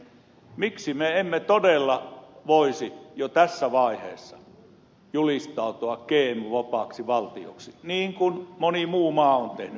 miksi me emme todella voisi jo tässä vaiheessa julistautua gm vapaaksi valtioksi niin kuin moni muu maa on tehnyt